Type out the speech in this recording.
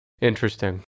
Interesting